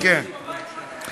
מה, אתה לא מרגיש בבית, ?